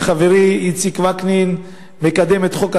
וחברי איציק וקנין מקדם את חוק הטיס,